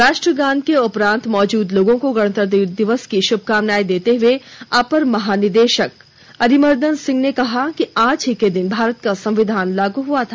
राष्ट्रगान के उपरांत मौजूद लोगों को गणतंत्र दिवस की शुभकामनाएं देते हुए अपर महानिदेशक अरिमर्दन सिंह ने कहा कि आज ही के दिन भारत का संविधान लागू हुआ था